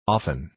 Often